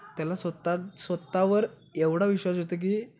त्याला स्वतः स्वतःवर एवढा विश्वास होतो की